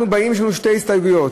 אנחנו באים עם שתי הסתייגויות,